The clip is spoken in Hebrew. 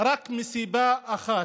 רק מסיבה אחת,